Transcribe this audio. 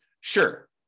Sure